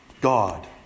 God